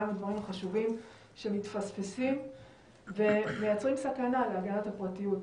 מהם הדברים החשובים שמתפספסים ומייצרים סכנה להגנת הפרטיות?